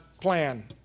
plan